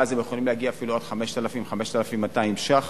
ואז הם יכולים להגיע אפילו עד 5,000, 5,200 שקלים,